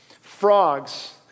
Frogs